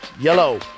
yellow